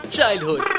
Childhood